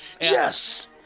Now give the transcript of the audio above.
Yes